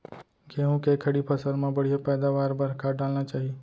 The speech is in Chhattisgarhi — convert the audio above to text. गेहूँ के खड़ी फसल मा बढ़िया पैदावार बर का डालना चाही?